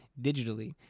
digitally